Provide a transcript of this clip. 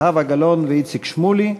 זהבה גלאון ואיציק שמולי.